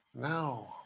No